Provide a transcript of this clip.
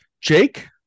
Jake